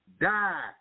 Die